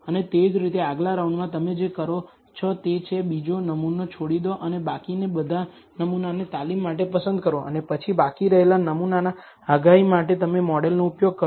અને તે જ રીતે આગલા રાઉન્ડમાં તમે જે કરો છો તે છે બીજો નમુનો છોડી દો અને બાકીની બધા નમૂનાને તાલીમ માટે પસંદ કરો અને પછી બાકી રહેલા નમૂનાના આગાહી માટે તે મોડેલનો ઉપયોગ કરો